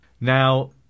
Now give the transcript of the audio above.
Now